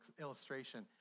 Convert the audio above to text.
illustration